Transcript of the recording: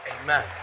amen